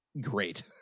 great